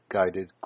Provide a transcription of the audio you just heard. Guided